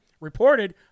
reported